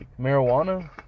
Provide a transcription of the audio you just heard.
Marijuana